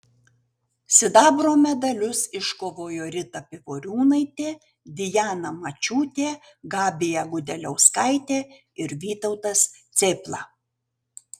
sidabro medalius iškovojo rita pivoriūnaitė diana mačiūtė gabija gudeliauskaitė ir vytautas cėpla